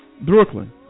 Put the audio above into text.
Brooklyn